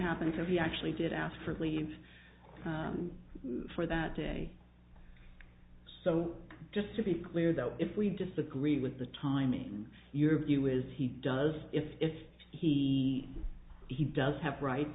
happen because he actually did ask for leave for that day so just to be clear though if we disagree with the timing of your view is he does if if he he does have rights